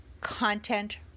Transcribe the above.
content